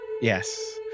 Yes